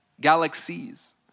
galaxies